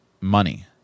money